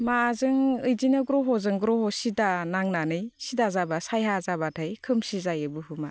माजों बिदिनो ग्रह'जों ग्रह' सिदा नांनानै सिदा जाबा साया जाबाथाय खोमसि जायो बुहुमा